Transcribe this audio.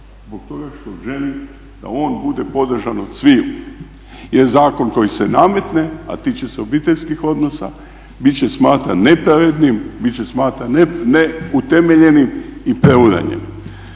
zbog toga što želim da on bude podržan od sviju. Jer zakon koji se nametne, a tiče se obiteljskih odnosa, bit će smatran nepravednim, bit će smatran neutemeljenim i preuranjenim.